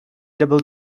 double